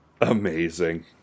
Amazing